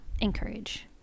encourage